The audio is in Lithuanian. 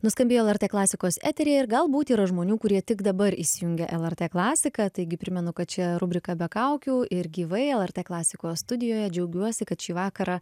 nuskambėjo lrt klasikos eteryje ir galbūt yra žmonių kurie tik dabar įsijungė lrt klasiką taigi primenu kad čia rubrika be kaukių ir gyvai lrt klasikos studijoje džiaugiuosi kad šį vakarą